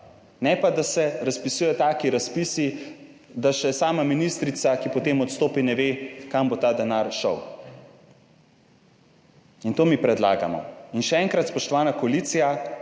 ne pa, da se razpisujejo taki razpisi, da še sama ministrica, ki potem odstopi, ne ve, kam bo ta denar šel. In to mi predlagamo. In še enkrat, spoštovana koalicija